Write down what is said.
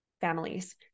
families